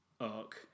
arc